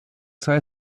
sei